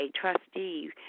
trustee